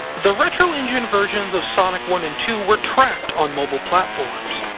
the retro engine versions of sonic one and two were trapped on mobile platforms.